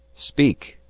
speak!